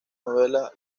novela